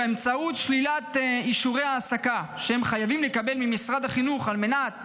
באמצעות שלילת אישורי ההעסקה שהם חייבים לקבל ממשרד החינוך על מנת